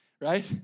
right